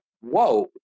whoa